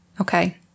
Okay